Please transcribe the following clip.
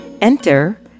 enter